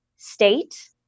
state